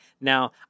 Now